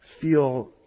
feel